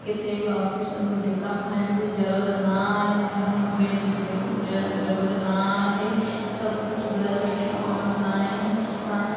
किथे बि ऑफ़िसनि में धिका खाइण जी ज़रूरत न आहे ऐं उन्हनि में बीहण जी ज़ ज़रूरत न आहे सभु कुझु घर वेठे ऑनलाइन पाणि